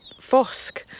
Fosk